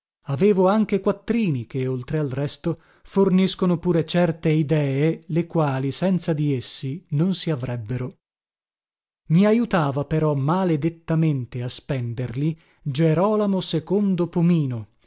avevo anche quattrini che oltre al resto forniscono pure certe idee le quali senza di essi non si avrebbero i ajutava però maledettamente a spenderli erolamo omino